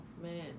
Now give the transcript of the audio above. Man